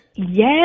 Yes